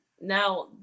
Now